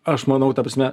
aš manau ta prasme